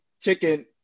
chicken